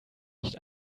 nicht